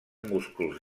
músculs